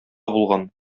булган